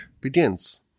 begins